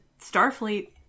Starfleet